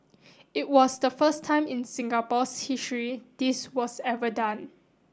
it was the first time in Singapore's history this was ever done